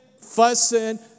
fussing